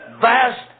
vast